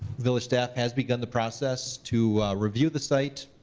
village staff has begun the process to review the site,